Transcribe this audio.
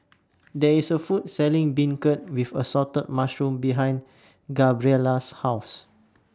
There IS A Food Selling Beancurd with Assorted Mushrooms behind Gabriella's House